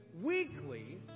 weekly